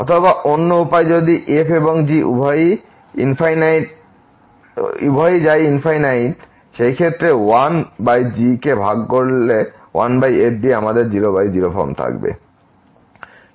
অথবা অন্য উপায় যদি f এবং g উভয়ই যায় সেই ক্ষেত্রে 1g কে ভাগ করলে 1f দিয়ে আমাদের 00 ফর্ম থাকবে